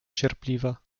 cierpliwa